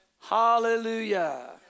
Hallelujah